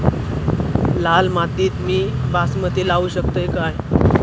लाल मातीत मी बासमती लावू शकतय काय?